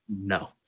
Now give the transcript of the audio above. No